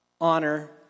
honor